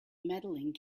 medaling